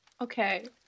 Okay